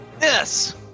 Yes